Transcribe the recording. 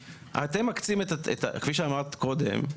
כפי שאמרת קודם,